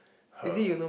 her